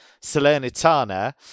Salernitana